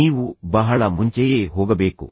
ನೀವು ಬಹಳ ಮುಂಚೆಯೇ ಹೋಗಬೇಕು